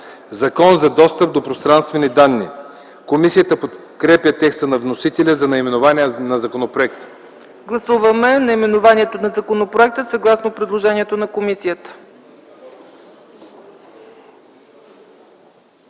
„Закон за достъп до пространствени данни”. Комисията подкрепя текста на вносителя за наименованието на законопроекта. ПРЕДСЕДАТЕЛ ЦЕЦКА ЦАЧЕВА: Гласуваме наименованието на законопроекта, съгласно предложението на комисията.